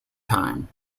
time